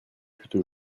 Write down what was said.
plutôt